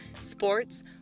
sports